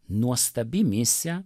nuostabi misija